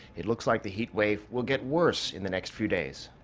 it looks like the heatwave will get worse in the next few days.